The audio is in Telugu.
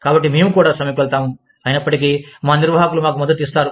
కాబట్టి మేము కూడా సమ్మెకు వెళ్తాము అయినప్పటికీ మా నిర్వాహకులు మాకు మద్దతు ఇస్తారు